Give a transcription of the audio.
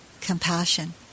compassion